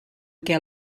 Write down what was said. què